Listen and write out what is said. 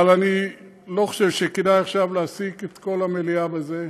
אבל אני לא חושב שכדאי עכשיו להעסיק את כל המליאה בזה.